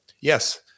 yes